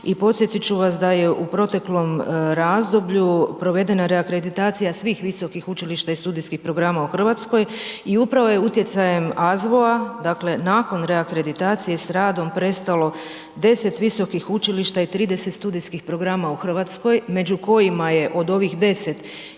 i podsjetit ću vas da je u proteklom razdoblju provedena reakreditacija svih visokih učilišta i studijskih programa u Hrvatskoj, i upravo je utjecajem AZGO-a dakle nakon reakreditacije s radom prestalo deset visokih učilišta i trideset studijskih programa u Hrvatskoj, među kojima je od ovih deset,